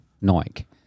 Nike